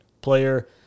player